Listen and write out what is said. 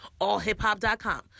allhiphop.com